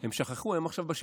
הם שכחו, הם עכשיו בשלטון,